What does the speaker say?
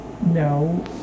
No